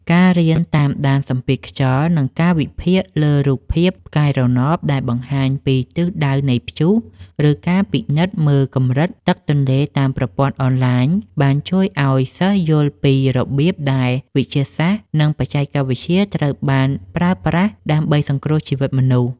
ការរៀនតាមដានសម្ពាធខ្យល់ ការវិភាគលើរូបភាពផ្កាយរណបដែលបង្ហាញពីទិសដៅនៃព្យុះ ឬការពិនិត្យមើលកម្រិតទឹកទន្លេតាមប្រព័ន្ធអនឡាញ បានជួយឱ្យសិស្សយល់ពីរបៀបដែលវិទ្យាសាស្ត្រ និងបច្ចេកវិទ្យាត្រូវបានប្រើប្រាស់ដើម្បីសង្គ្រោះជីវិតមនុស្ស។